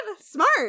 smart